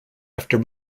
after